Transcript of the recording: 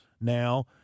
Now